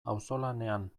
auzolanean